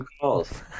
calls